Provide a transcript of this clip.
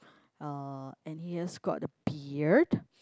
uh and he has got a beard